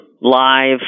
live